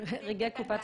לסעיף קטן